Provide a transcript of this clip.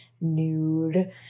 nude